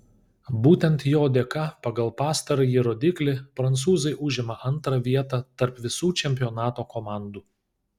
būtent jo dėka pagal pastarąjį rodiklį prancūzai užima antrą vietą tarp visų čempionato komandų